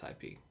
IP